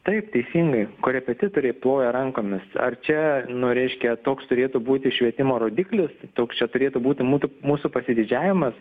taip teisingai korepetitoriai ploja rankomis ar čia nu reiškia toks turėtų būti švietimo rodiklis toks čia turėtų būti mutu mūsų pasididžiavimas